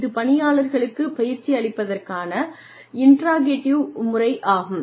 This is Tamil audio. இது பணியாளர்களுக்கு பயிற்சி அளிப்பதற்கான இன்டராக்டிவ் முறை ஆகும்